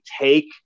take